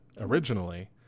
originally